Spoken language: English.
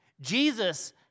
Jesus